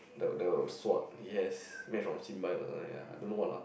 the the sword he has made from symbio or something like I don't know what lah